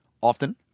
Often